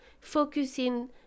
Focusing